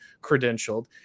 credentialed